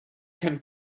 can